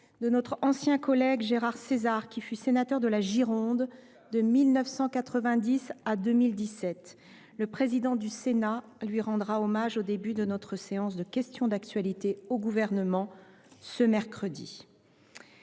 de notre ancien collègue Gérard César,… Hélas !… qui fut sénateur de la Gironde de 1990 à 2017. Le président du Sénat lui rendra hommage au début de notre séance de questions d’actualité au Gouvernement ce mercredi.